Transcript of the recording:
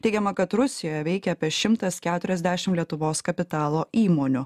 teigiama kad rusijoje veikia apie šimtas keturiasdešim lietuvos kapitalo įmonių